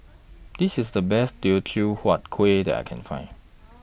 This IS The Best Teochew Huat Kueh that I Can Find